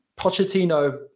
Pochettino